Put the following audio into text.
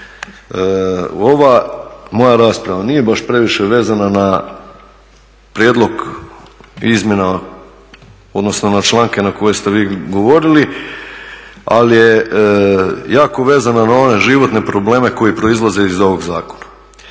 Ova moja rasprava nije baš previše vezana na prijedlog izmjena odnosno na članke koje ste vi govorili, ali je jako vezana na one životne probleme koji proizlaze iz ovog zakona.